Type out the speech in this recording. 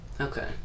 Okay